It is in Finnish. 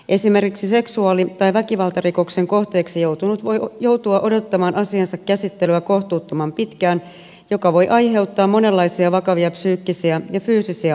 esimerkiksi seksuaali tai väkivaltarikoksen kohteeksi joutunut voi joutua odottamaan asiansa käsittelyä kohtuuttoman pitkään mikä voi aiheuttaa monenlaisia vakavia psyykkisiä ja fyysisiä ongelmia